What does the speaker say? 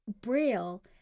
Braille